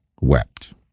wept